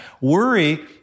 Worry